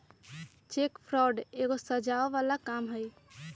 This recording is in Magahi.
चेक फ्रॉड एगो सजाओ बला काम हई